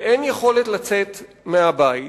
ואין יכולת לצאת מהבית